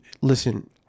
listen